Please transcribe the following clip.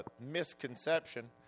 misconception